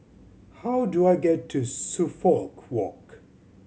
how do I get to Suffolk Walk